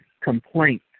complaint